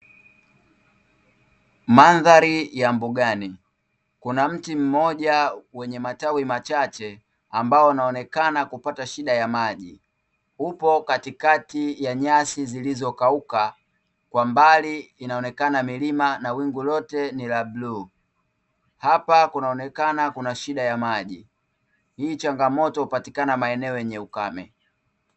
Mandhari ya mbugani, kuna mti mmoja wenye matawi machache ambao unaonekana kupata shida ya maji, upo katikati ya nyasi zilizokauka kwa mbali inaonekana milima na wingu lote ni la bluu, hapa kunaonekana kuna shida ya maji, hii changamoto hupatikana maeneo yenye ukame .